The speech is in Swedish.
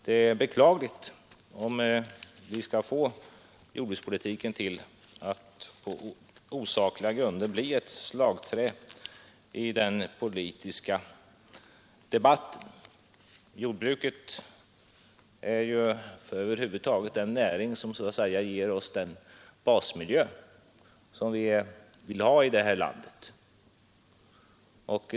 Det är beklagligt, som sagt, om jordbrukspolitiken på osakliga grunder skall göras till ett slagträ i den politiska debatten. Jordbruket är ju den näring som ger oss den basmiljö som vi vill ha i vårt land.